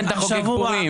אלא אם כן אתה חוגג פורים.